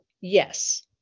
yes